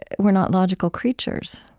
and we're not logical creatures.